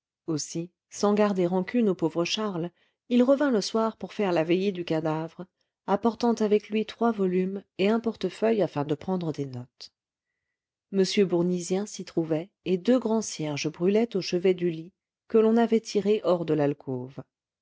aussi sans garder rancune au pauvre charles il revint le soir pour faire la veillée du cadavre apportant avec lui trois volumes et un portefeuille afin de prendre des notes m bournisien s'y trouvait et deux grands cierges brûlaient au chevet du lit que l'on avait tiré hors de l'alcôve